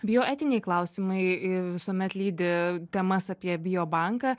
bio etiniai klausimai visuomet lydi temas apie bio banką